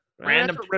random –